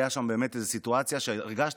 הייתה שם באמת איזושהי סיטואציה שהרגשתי